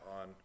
on